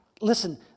Listen